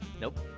Nope